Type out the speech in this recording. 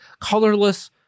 colorless